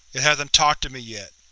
it hasn't talked to me yet.